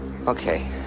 Okay